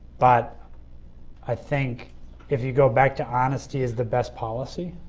but i think if you go back to honesty is the best policy,